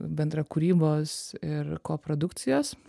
bendrakūrybos ir koprodukcijos